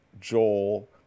Joel